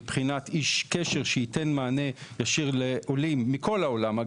ומבחינת איש קשר שייתן מענה ישיר לעולים מכל העולם.